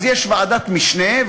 אז יש ועדת משנה,